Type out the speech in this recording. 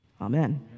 Amen